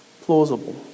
plausible